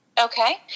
okay